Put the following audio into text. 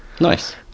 Nice